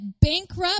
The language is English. bankrupt